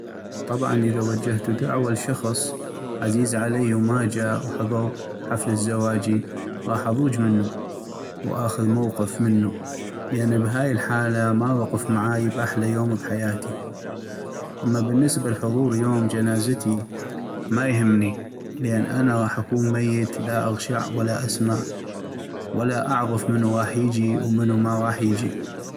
طبعاً اذا وجهتو دعودة لشخص عزيز عليي وما جا وحضغ حفلة زواجي غاح اضوج منو وأخذ موقف منو لأن بهاي الحالة ما وقف معاي باحلى يوم بحياتي ، اما بالنسبة لحضور يوم جنازتي ما يهمني لأن أنا غاح اكون ميت لا اغشع ولا اسمع ولا اعغف منو غاح يجي ومنو ما غاح يجي.